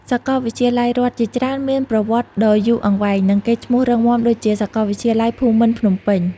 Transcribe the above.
សាកលវិទ្យាល័យរដ្ឋជាច្រើនមានប្រវត្តិដ៏យូរអង្វែង និងកេរ្តិ៍ឈ្មោះរឹងមាំដូចជា សាកលវិទ្យាល័យភូមិន្ទភ្នំពេញ។